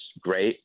great